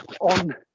on